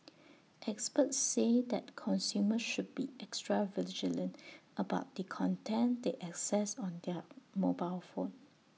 experts say that consumers should be extra vigilant about the content they access on their mobile phone